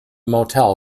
motel